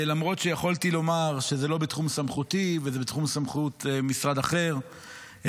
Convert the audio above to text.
למרות שיכולתי לומר שזה לא בתחום סמכותי וזה בתחום סמכות משרד אחר,